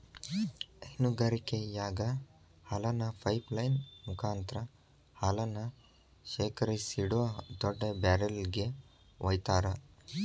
ಹೈನಗಾರಿಕೆಯಾಗ ಹಾಲನ್ನ pipeline ಮುಕಾಂತ್ರ ಹಾಲನ್ನ ಶೇಖರಿಸಿಡೋ ದೊಡ್ಡ ಬ್ಯಾರೆಲ್ ಗೆ ವೈತಾರ